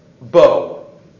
bow